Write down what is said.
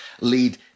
lead